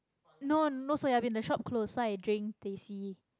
no no soya bean the shop close so i drink teh-c